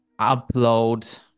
upload